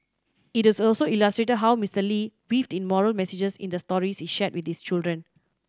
it also illustrated how Mister Lee weaved in moral messages in the stories he shared with his children